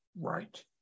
right